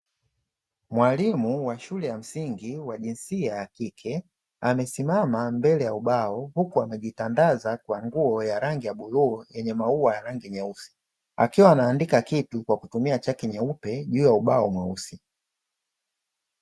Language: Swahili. Mwalimu wa shule ya msingi wa jinsia ya kike amesimama mbele ya ubao huku amejitandaza nguo ya rangi ya bluu yenye maua ya rangi nyeusi, akiwa anandika kitu kwa kutumia chaki nyeupe juu ya ubao mweusi.